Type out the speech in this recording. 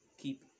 Keep